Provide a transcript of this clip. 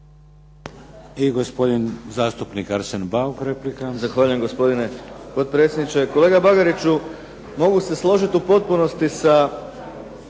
I gospodin zastupnik Arsen Bauk, replika. **Bauk, Arsen (SDP)** Zahvaljujem gospodine potpredsjedniče. Kolega Bagariću mogu se složiti u potpunosti sa